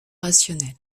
rationnels